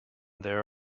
there